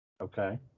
Okay